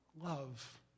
love